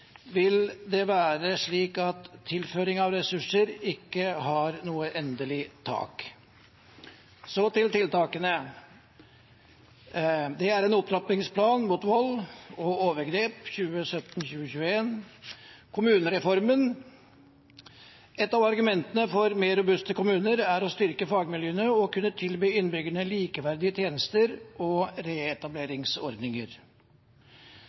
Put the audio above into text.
vil det være slik at tilføring av ressurser ikke har noe endelig tak. Så til tiltakene. Det er Prop. 12 S for 2016–2017, Opptrappingsplan mot vold og overgrep , det er kommunereformen, der et av argumentene for mer robuste kommuner er å styrke fagmiljøene og å kunne tilby innbyggerne likeverdige tjenester og